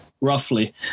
roughly